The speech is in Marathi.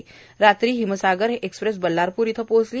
काल रात्री हिमसागर एक्सप्रेस बल्लारपूर येथे पोहोचली